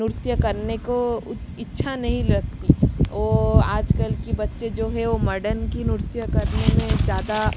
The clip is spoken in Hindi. नृत्य करने को इच्छा नहीं लगती वो आजकल की बच्चे जो है वो मर्डेन की नृत्य करने में ज़्यादा